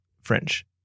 French